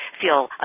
feel